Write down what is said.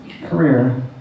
career